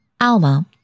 Alma